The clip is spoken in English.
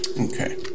okay